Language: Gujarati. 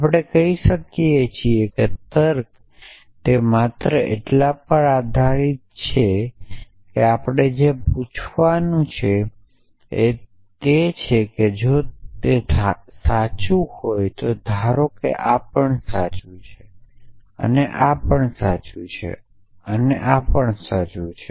આપણે કહીએ છીએ કે તર્ક તે માત્ર એટલા પર આધારીત છે કે આપણે જે પૂછવાનું છે તે એ છે જો ધારો કે આ સાચું છે તો આ પણ સાચું છે આ પણ સાચું છે આ પણ સાચું છે